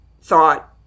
thought